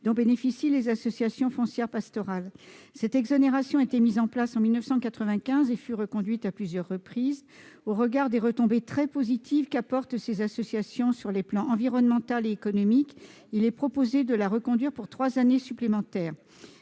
dont bénéficient les associations foncières pastorales. Cette exonération a été mise en place en 1995 et reconduite à plusieurs reprises. Au regard des retombées très positives qu'apportent ces associations sur les plans environnemental et économique, il est proposé de la reconduire pour trois années supplémentaires.